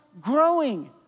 growing